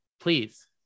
please